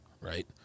right